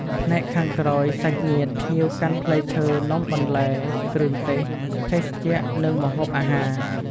ផ្នែកខាងក្រោយ សាច់ញាតិ ភ្ញៀវកាន់ផ្លែឈើ នំបន្លែ គ្រឿងទេស ភេសជ្ជៈ និងម្ហូបអាហារ។